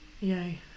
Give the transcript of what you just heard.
Yay